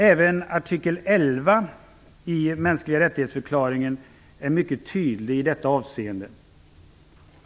Även artikel 11 i förklaringen om mänskliga rättigheter är mycket tydlig i detta avseende.